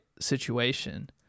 situation